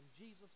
Jesus